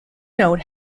note